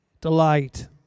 delight